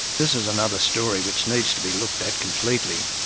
this is another story which needs to be looked at completely.